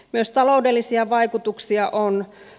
myös taloudellisia vaikutuksia on